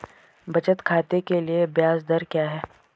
बचत खाते के लिए ब्याज दर क्या है?